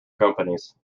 companies